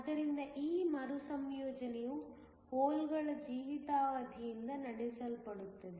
ಆದ್ದರಿಂದ ಈ ಮರುಸಂಯೋಜನೆಯು ಹೋಲ್ಗಳ ಜೀವಿತಾವಧಿಯಿಂದ ನಡೆಸಲ್ಪಡುತ್ತದೆ